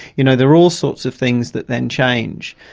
you know there are all sorts of things that then change.